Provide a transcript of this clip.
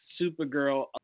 Supergirl